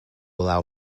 allow